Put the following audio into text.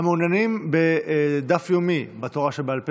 המעוניינים בדף יומי בתורה שבעל פה,